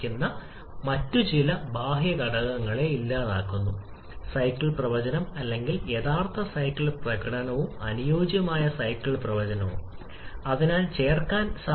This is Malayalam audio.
ഒരു നിർദ്ദിഷ്ട താപം പോലെ നമ്മൾ ഡയഗ്രം പരിഷ്ക്കരിക്കുകയാണെങ്കിൽ നിങ്ങളുടെ യഥാർത്ഥ കംപ്രഷൻ ലൈൻ വ്യതിചലിക്കാൻ തുടങ്ങും k യിലെ മാറ്റം കാരണം